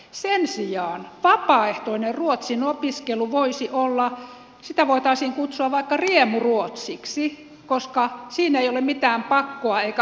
sen sijaan vapaaehtoista ruotsin opiskelua voitaisiin kutsua vaikka riemuruotsiksi koska siinä ei ole mitään pakkoa eikä alistamista